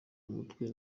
umutwe